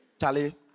Charlie